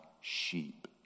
sheep